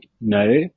no